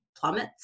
plummets